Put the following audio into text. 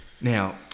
Now